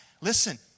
Listen